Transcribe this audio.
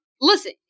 Listen